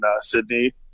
Sydney